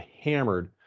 hammered